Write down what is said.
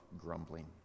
grumbling